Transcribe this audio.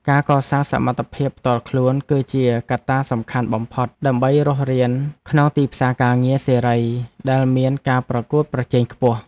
ការកសាងសមត្ថភាពផ្ទាល់ខ្លួន គឺជាកត្តាសំខាន់បំផុតដើម្បីរស់រានក្នុងទីផ្សារការងារសេរីដែលមានការប្រកួតប្រជែងខ្ពស់។